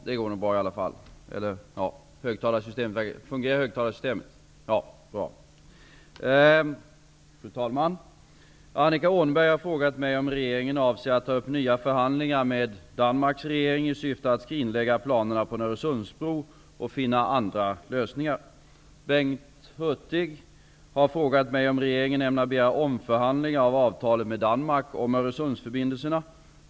Fru talman! Annika Åhnberg har frågat mig om regeringen avser att ta upp nya förhandlingar med Danmarks regering i syfte att skrinlägga planerna på en Öresundsbro och finna andra lösningar. Bengt Hurtig har frågat mig om regeringen ämnar begära omförhandlingar av avtalet med Danmark om Öresundsförbindelserna.